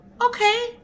okay